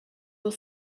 will